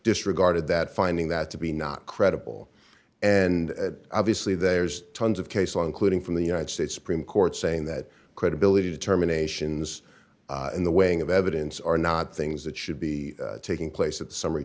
disregarded that finding that to be not credible and obviously there's tons of case law including from the united states supreme court saying that credibility determinations in the way of evidence are not things that should be taking place at the summary